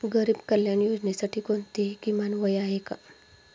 गरीब कल्याण योजनेसाठी कोणतेही किमान वय आहे का?